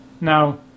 now